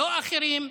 לא אחרים,